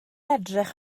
edrych